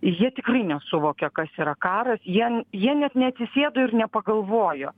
jie tikrai nesuvokia kas yra karas jie jie net neatsisėdo ir nepagalvojo